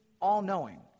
all-knowing